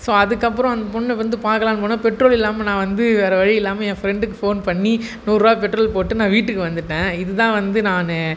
so அதுக்கப்புறம் வந்து அந்த பொண்ணை வந்து பார்க்கலாம்ன்னு போனால் பெட்ரோல் இல்லாமல் நான் வந்து வேற வழியில்லாமல் ஏன் ஃப்ரெண்டுக்கு ஃபோன் பண்ணி நூறுபாக்கு பெட்ரோல் போட்டுட்டு நான் வந்து வீட்டுக்கு வந்துட்டேன் இதுதான் வந்து நான்